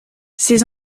ces